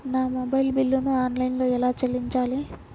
నా మొబైల్ బిల్లును ఆన్లైన్లో ఎలా చెల్లించాలి?